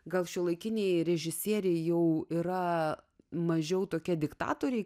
gal šiuolaikiniai režisieriai jau yra mažiau tokie diktatoriai